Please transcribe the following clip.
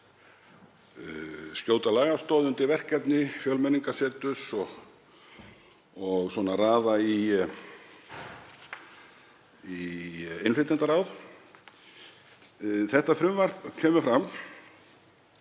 skjóta lagastoð undir verkefni Fjölmenningarseturs og raða í innflytjendaráð. Þetta frumvarp kemur fram